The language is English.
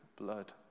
blood